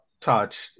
touched